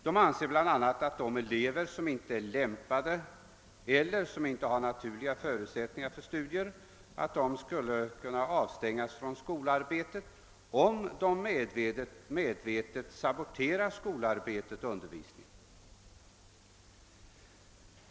De anser bl.a. att de elever som inte är lämpade eller som inte har naturliga förutsättningar för studier skulle kunna avstängas från skolarbetet, om de medvetet saboterar skolarbetet och undervisningen.